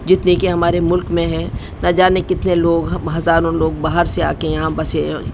جتنے کہ ہمارے ملک میں ہے نہ جانے کتنے لوگ ہزاروں لوگ باہر سے آ کے یہاں بسے ہیں